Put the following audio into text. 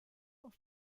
auf